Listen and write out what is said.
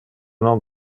non